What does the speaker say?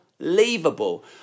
unbelievable